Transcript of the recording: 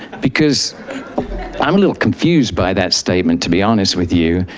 because i'm a little confused by that statement, to be honest with you.